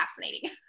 fascinating